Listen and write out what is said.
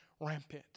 rampant